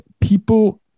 People